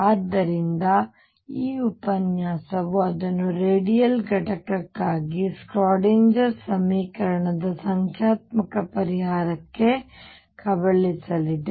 ಆದ್ದರಿಂದ ಈ ಉಪನ್ಯಾಸವು ಅದನ್ನು ರೇಡಿಯಲ್ ಘಟಕಕ್ಕಾಗಿ ಶ್ರೋಡಿಂಗರ್Schrödinger ಸಮೀಕರಣದ ಸಂಖ್ಯಾತ್ಮಕ ಪರಿಹಾರಕ್ಕೆ ಕಬಳಿಸಲಿದೆ